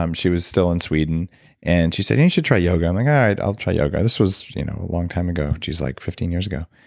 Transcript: um she was still in sweden and she said, you should try yoga. i'm like, all right, i'll try yoga. this was you know a long time ago. jeez, like fifteen years ago.